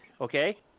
okay